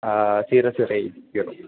zero zero eight zero